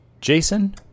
Jason